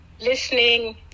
listening